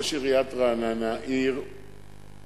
ראש עיריית רעננה, אם